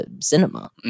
cinema